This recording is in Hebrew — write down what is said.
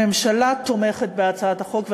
הממשלה תומכת בהצעת החוק.